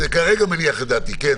זה כרגע מניח את דעתי, כן.